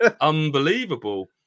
unbelievable